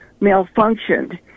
malfunctioned